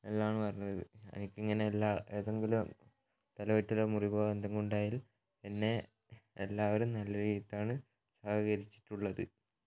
എന്നാണ് പറഞ്ഞത് എനിക്ക് ഇങ്ങനെ എല്ലാ ഏതെങ്കിലും തരത്തിലെ മുറിവോ എന്തെങ്കിലും ഉണ്ടായാൽ എന്നെ എല്ലാവരും നല്ല രീതിയിലാണ് സഹകരിച്ചിട്ടുള്ളത്